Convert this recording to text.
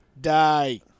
Die